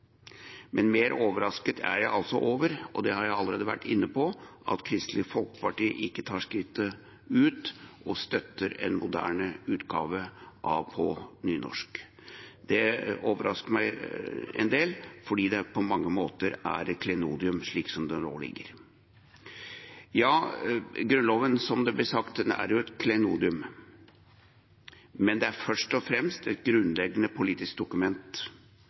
Mer overrasket er jeg – og det har jeg allerede vært inne på – over at Kristelig Folkeparti ikke tar skrittet fullt ut og støtter en moderne utgave på bokmål. Det overrasker meg en del fordi det på mange måter er et klenodium slik det nå foreligger. Ja, Grunnloven, som det ble sagt, er et klenodium. Men den er først og fremst et grunnleggende politisk dokument